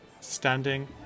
standing